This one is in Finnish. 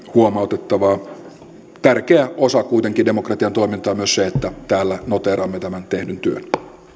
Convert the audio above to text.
huomautettavaa kuitenkin tärkeä osa demokratian toimintaa on myös se että täällä noteeraamme tämän tehdyn työn